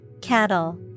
Cattle